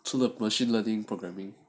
除了 machine learning